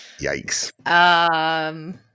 Yikes